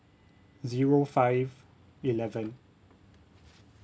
zero five eleven